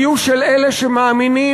היו של אלה שמאמינים,